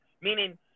Meaning